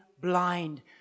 blind